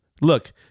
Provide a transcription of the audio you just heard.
Look